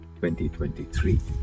2023